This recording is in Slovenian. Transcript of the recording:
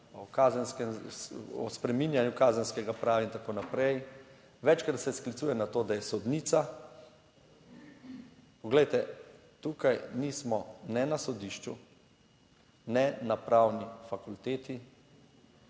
o spreminjanju kazenskega prava in tako naprej. Večkrat se sklicuje na to, da je sodnica. Poglejte, tukaj nismo ne na sodišču, ne na pravni fakulteti,